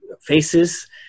faces